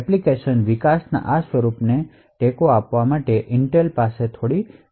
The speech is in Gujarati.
એપ્લિકેશન વિકાસના આ સ્વરૂપને ટેકો આપવા માટે ઇન્ટેલ પાસે થોડી ઇન્સટ્રક્શનશ છે